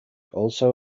also